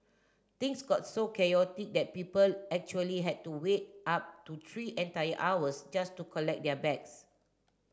things got so chaotic that people actually had to wait up to three entire hours just to collect their bags